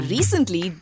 Recently